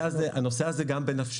אני רוצה לומר שהנושא הזה גם בנפשנו.